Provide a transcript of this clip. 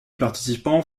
participants